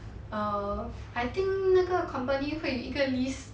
err I think 那个 company 会有一个 list